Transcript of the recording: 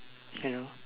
hello